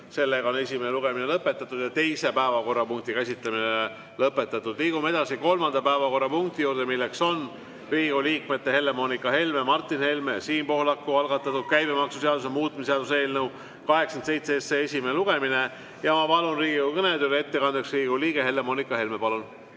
kell 17.15. Esimene lugemine on lõpetatud ja teise päevakorrapunkti käsitlemine on lõpetatud. Liigume edasi kolmanda päevakorrapunkti juurde, mis on Riigikogu liikmete Helle-Moonika Helme, Martin Helme ja Siim Pohlaku algatatud käibemaksuseaduse muutmise seaduse eelnõu 87 esimene lugemine. Ma palun Riigikogu kõnetooli ettekandeks Riigikogu liikme Helle-Moonika Helme. Palun!